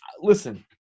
Listen